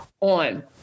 On